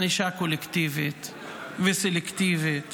זו ענישה קולקטיבית וסלקטיבית